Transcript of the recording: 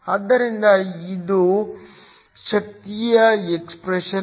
ಆದ್ದರಿಂದ ಇದು ಶಕ್ತಿಯ ಎಕ್ಸ್ಪ್ರೆಶನ್